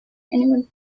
anyone